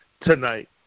tonight